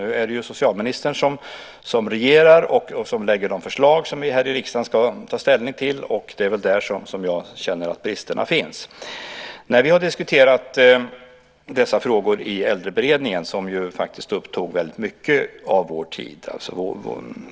Nu är det ju socialministern som regerar och lägger fram de förslag som vi här i riksdagen ska ta ställning till. Det är där som jag känner att bristerna finns. Vi har diskuterat dessa frågor i Äldreberedningen, och de har upptagit väldigt mycket av vår tid.